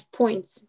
points